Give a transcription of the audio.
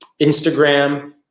Instagram